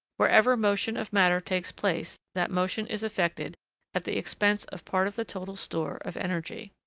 wherever motion of matter takes place, that motion is effected at the expense of part of the total store of energy.